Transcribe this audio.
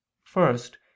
First